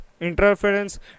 interference